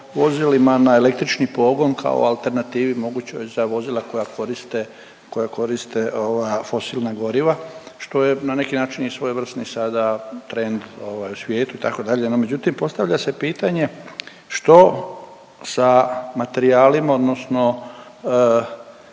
vozilima na električni pogon kao alternativi mogućoj za vozila koja koriste fosilna goriva što je na neki način i svojevrsni sada trend u svijetu itd. No međutim, postavlja se pitanje što sa materijalima odnosno